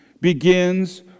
begins